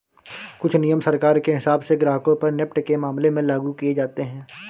कुछ नियम सरकार के हिसाब से ग्राहकों पर नेफ्ट के मामले में लागू किये जाते हैं